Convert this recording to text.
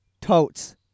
Totes